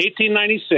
1896